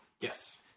Yes